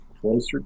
closer